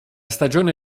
stagione